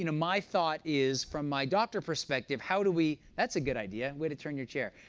you know my thought is from my doctor perspective, how do we that's a good idea. way to turn your chair.